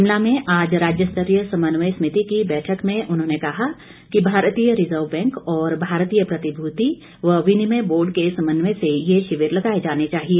शिमला में आज राज्य स्तरीय समन्वय समिति की बैठक में उन्होंने कहा कि भारतीय रिजर्व बैंक और भारतीय प्रतिभूति व विनिमय बोर्ड के समन्वय से ये शिविर लगाए जाने चाहिए